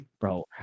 bro